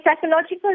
psychological